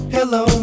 Hello